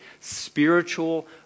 spiritual